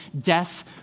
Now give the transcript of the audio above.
death